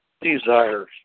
desires